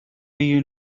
you